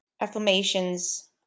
affirmations